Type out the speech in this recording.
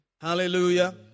Hallelujah